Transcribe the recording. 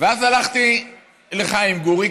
ואז הלכתי לחיים גורי,